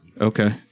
okay